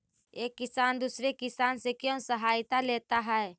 एक किसान दूसरे किसान से क्यों सहायता लेता है?